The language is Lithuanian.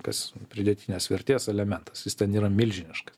kas pridėtinės vertės elementas jis ten yra milžiniškas